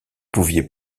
pouviez